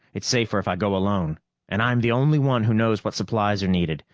it's safer if i go alone and i'm the only one who knows what supplies are needed.